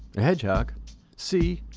a hedgehog c.